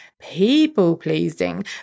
people-pleasing